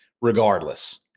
regardless